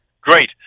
Great